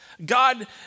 God